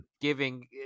giving